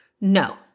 No